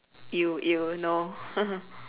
!eww! !eww! no